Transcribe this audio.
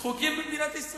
חבר הכנסת שלמה מולה,